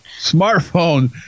Smartphone